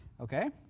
Okay